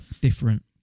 different